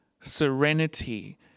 serenity